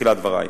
בתחילת דברי.